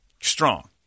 Strong